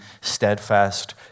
steadfast